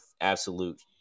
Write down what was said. absolute